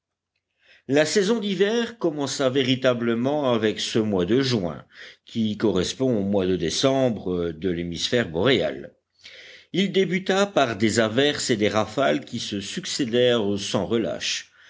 la saison d'hiver commença véritablement avec ce mois de juin qui correspond au mois de décembre de l'hémisphère boréal il débuta par des averses et des rafales qui se succédèrent sans relâche